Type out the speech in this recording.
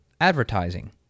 advertising